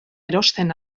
erosten